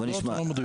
העובדות לא מדויקות.